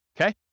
Okay